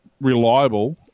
reliable